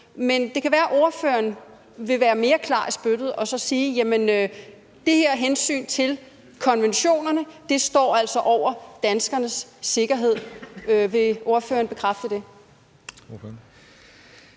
men det kan være, at ordføreren vil være mere klar i spyttet og sige: Det her hensyn til konventionerne står altså over danskernes sikkerhed. Vil ordføreren bekræfte det?